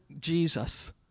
Jesus